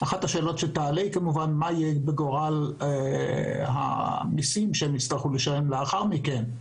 אחת השאלות שתעלה היא מה יהיה בגורל המיסים שיצטרכו לשלם לאחר מכן.